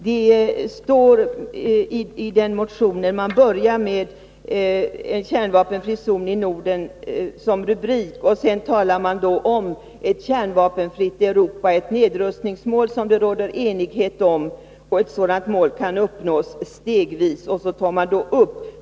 I rubriken står: en kärnvapenfri zon i Norden, och sedan utgår man från ett kärnvapenfritt Europa, ett nedrustningsmål som det råder enighet om, och att ett sådant mål kan uppnås stegvis.